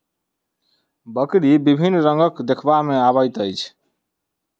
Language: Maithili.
बकरी विभिन्न रंगक देखबा मे अबैत अछि